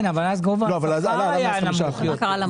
אבל אז גובה השכר היה נמוך יותר.